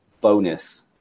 bonus